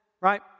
right